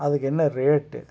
அதுக்கு என்ன ரேட்டு